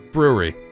Brewery